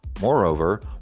Moreover